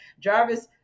Jarvis